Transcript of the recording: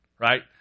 Right